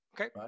Okay